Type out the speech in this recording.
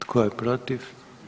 Tko je protiv?